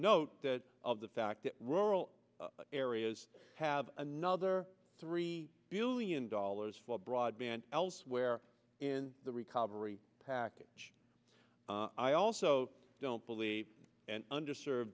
note that of the fact that rural areas have another three billion dollars for broadband elsewhere in the recovery package i also don't believe and under served